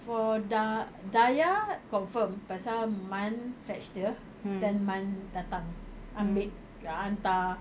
for da~ dayah confirmed pasal man fetch dia then man datang ambil hantar